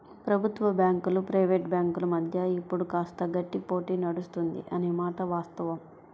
ప్రభుత్వ బ్యాంకులు ప్రైవేట్ బ్యాంకుల మధ్య ఇప్పుడు కాస్త గట్టి పోటీ నడుస్తుంది అనే మాట వాస్తవం